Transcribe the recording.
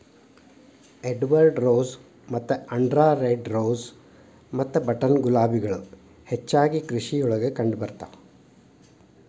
Edward rose ಮತ್ತ ಆಂಡ್ರಾ red rose ಮತ್ತ ಬಟನ್ ಗುಲಾಬಿಗಳು ಹೆಚ್ಚಾಗಿ ಕೃಷಿಯೊಳಗ ಕಂಡಬರ್ತಾವ